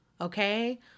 Okay